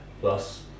plus